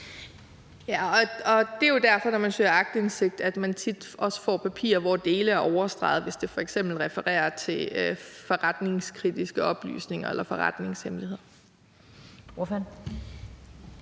Det er jo derfor, at man, når man søger aktindsigt, også tit får papirer, hvor dele er overstreget, hvis det f.eks. refererer til forretningskritiske oplysninger eller forretningshemmeligheder.